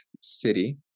city